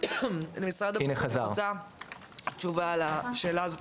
אני רוצה תשובה לשאלה הזו,